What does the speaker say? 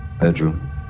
bedroom